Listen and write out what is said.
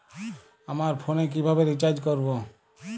আমার ফোনে কিভাবে রিচার্জ করবো?